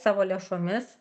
savo lėšomis